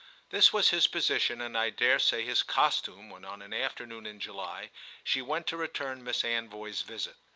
this was his position and i dare say his costume when on an afternoon in july she went to return miss anvoy's visit.